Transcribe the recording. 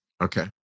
Okay